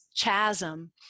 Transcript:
chasm